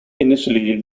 initially